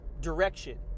direction